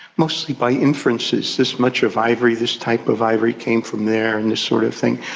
mostly by inferences this much of ivory, this type of ivory came from there and this sort of thing.